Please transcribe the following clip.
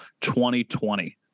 2020